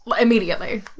immediately